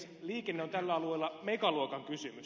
liikenne on tällä alueella megaluokan kysymys